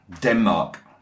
Denmark